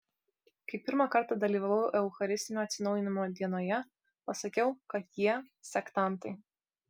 kai pirmą kartą dalyvavau eucharistinio atsinaujinimo dienoje pasakiau kad jie sektantai